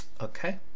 Okay